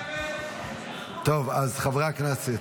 חברי הכנסת,